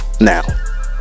Now